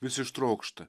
vis ištrokšta